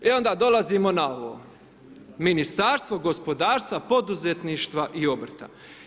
I onda dolazimo na ovo, Ministarstvo gospodarstva, poduzetništva i obrta.